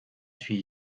suis